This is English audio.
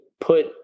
put